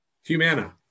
Humana